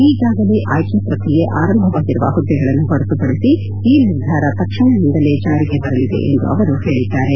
ಈಗಾಗಲೇ ಆಯ್ಲೆ ಪ್ರಕ್ರಿಯೆ ಆರಂಭವಾಗಿರುವ ಹುದ್ದೆಗಳನ್ನು ಹೊರತುಪಡಿಸಿ ಈ ನಿರ್ಧಾರ ತಕ್ಷಣದಿಂದಲೇ ಜಾರಿಗೆ ಬರಲಿದೆ ಎಂದು ಅವರು ಹೇಳಿದ್ದಾರೆ